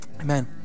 Amen